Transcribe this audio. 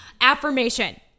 affirmation